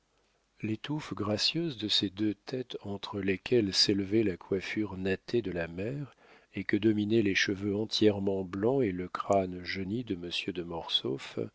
les touffes gracieuses de ces deux têtes entre lesquelles s'élevait la coiffure nattée de la mère et que dominaient les cheveux entièrement blancs et le crâne jauni de monsieur de